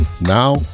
Now